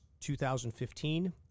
2015